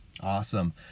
Awesome